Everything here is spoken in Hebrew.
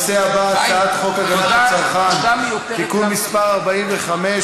הנושא הבא: הצעת חוק הגנת הצרכן (תיקון מס' 45),